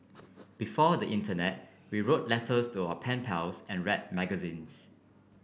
before the internet we wrote letters to our pen pals and read magazines